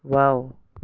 wow